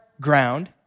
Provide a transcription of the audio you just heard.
ground